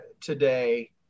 today